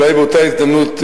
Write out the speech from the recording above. אולי באותה הזדמנות,